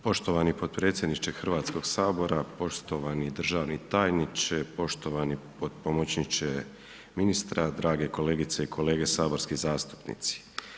Poštovani potpredsjedniče Hrvatskoga sabora, poštovani državni tajniče, poštovani pomoćniče ministra, drage kolegice i kolege saborski zastupnici.